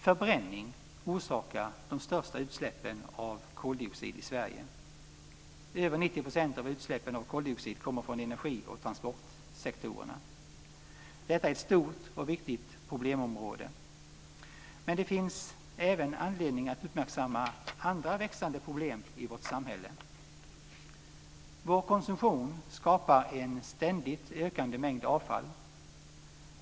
Förbränning orsakar de största utsläppen av koldioxid i Sverige. Över 90 % av utsläppen av koldioxid kommer från energi och transportsektorerna. Detta är ett stort och viktigt problemområde. Men det finns även anledning att uppmärksamma andra växande problem i vårt samhälle. Vår konsumtion skapar en ständigt ökande mängd avfall.